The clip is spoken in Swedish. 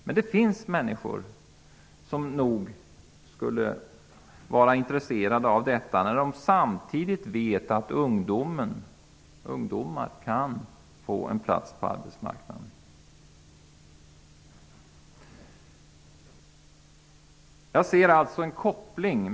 Men det finns också människor som nog skulle vara intresserade av att lämna arbetsmarknaden, om de samtidigt vet att ungdomar kan få en plats. Jag ser alltså en koppling.